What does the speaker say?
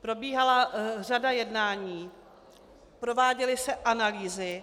Probíhala řada jednání, prováděly se analýzy